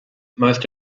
most